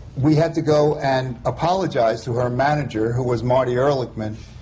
we had to go and apologize to her manager, who was marty erlichman,